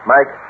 Mike